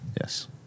Yes